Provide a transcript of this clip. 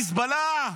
לחיזבאללה.